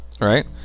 right